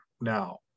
now